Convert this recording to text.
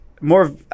more